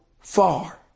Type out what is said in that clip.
far